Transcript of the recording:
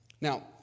Now